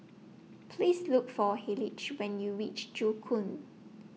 Please Look For Hayleigh when YOU REACH Joo Koon